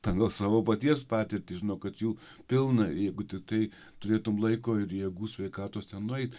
pagal savo paties patirtį žino kad jų pilna jeigu tiktai turėtumei laiko ir jėgų sveikatos ten nueiti